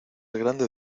grande